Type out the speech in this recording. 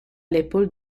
l’épaule